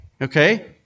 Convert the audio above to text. Okay